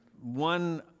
one